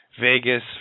Vegas